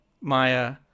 Maya